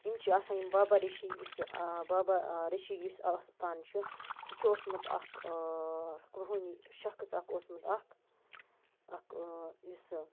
یِم چھِ آسان یِم بابا ریٖشی یُس با با ریٖشی یُس اَستان چھُ سُہ چھُ اوسمُت اَکھ رُحٲنی شخص اَکھ اوسمُت اَکھ اَکھ یُس